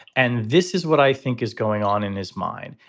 and this is what i think is going on in his mind.